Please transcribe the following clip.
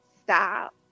stop